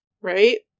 Right